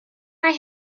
mae